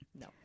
No